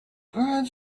good